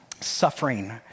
suffering